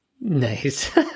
Nice